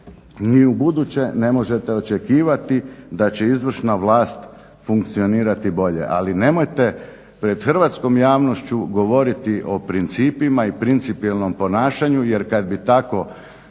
ni ubuduće ne možete očekivati da će izvršna vlast funkcionirati bolje, ali nemojte pred hrvatskom javnošću govoriti o principima i principijelnom ponašanju. Jer kad bi tako